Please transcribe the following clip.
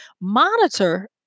monitor